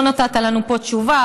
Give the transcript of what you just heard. לא נתת לנו פה תשובה,